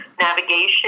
navigation